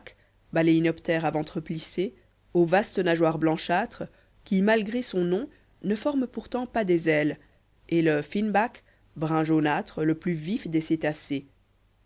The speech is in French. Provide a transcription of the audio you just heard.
baleinoptère à ventre plissé aux vastes nageoires blanchâtres qui malgré son nom ne forment pourtant pas des ailes et le fin back brun jaunâtre le plus vif des cétacés